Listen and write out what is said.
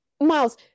Miles